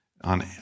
on